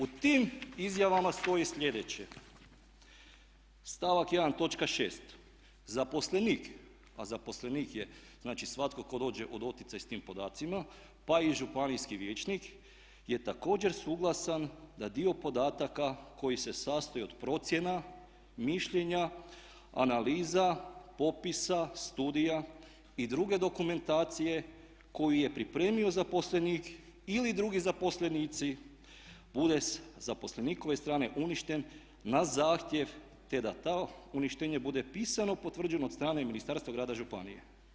U tim izjavama stoji slijedeće stavak 1.točka 6. "Zaposlenik a zaposlenik je znači svatko tko dođe u doticaj s tim podacima pa i županijski vijećnik je također suglasan da dio podataka koji se sastoji od procjena, mišljenja, analiza, popisa, studija i druge dokumentacije koju je pripremio zaposlenik ili drugi zaposlenici bude sa zaposlenikove strane uništen na zahtjev te da to uništenje bude pisano potvrđeno od strane ministarstva grada i županije.